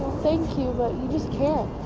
thank you, but you just cant.